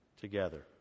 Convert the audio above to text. together